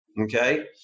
Okay